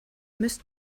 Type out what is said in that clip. müsst